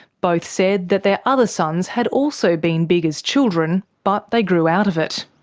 both said that their other sons had also been big as children, but they grew out of it.